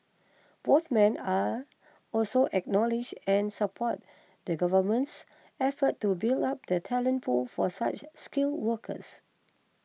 both men are also acknowledged and supported the Government's efforts to build up the talent pool for such skilled workers